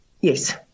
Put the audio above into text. Yes